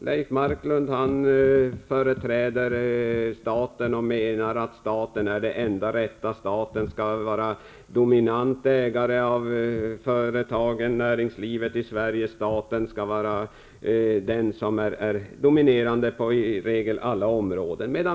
Leif Marklund företräder staten och menar att staten är det enda rätta; staten skall vara dominant ägare av näringslivet i Sverige, staten skall vara dominerande på i stort sett alla områden.